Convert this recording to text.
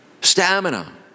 Stamina